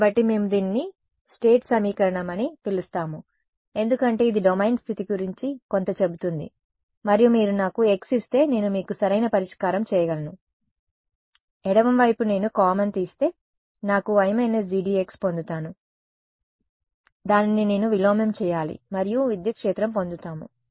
కాబట్టి మేము దీనిని స్టేట్ సమీకరణం అని పిలుస్తాము ఎందుకంటే ఇది డొమైన్ స్థితి గురించి కొంత చెబుతుంది మరియు మీరు నాకు X ఇస్తే నేను మీకు సరైన పరిష్కారం చేయగలను ఎడమ వైపు నేను కామన్ తీస్తే నాకు I GDX పొందుతాను దానిని నేను విలోమం చేయాలి మరియు విద్యుత్ క్షేత్రం పొందుతాము